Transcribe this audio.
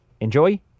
Enjoy